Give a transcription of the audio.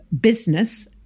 business